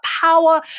power